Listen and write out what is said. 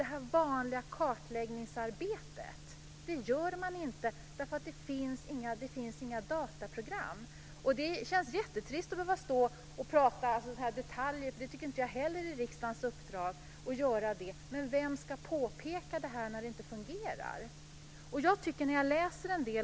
Men det vanliga kartläggningsarbetet görs inte eftersom det inte finns några dataprogram. Det känns jättetrist att stå här och prata detaljer. Det är inte riksdagens uppdrag att göra det. Men vem ska påpeka när det inte fungerar?